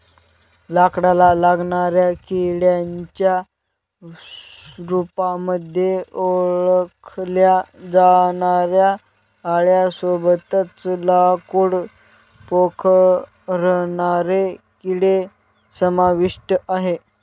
लाकडाला लागणाऱ्या किड्यांच्या रूपामध्ये ओळखल्या जाणाऱ्या आळ्यां सोबतच लाकूड पोखरणारे किडे समाविष्ट आहे